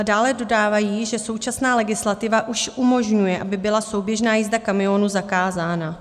Dále dodávají, že současná legislativa už umožňuje, aby byla souběžná jízda kamionů zakázána.